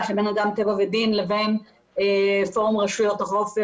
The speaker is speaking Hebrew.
שבין אדם טבע ודין לבין פורום רשויות החוף,